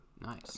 Nice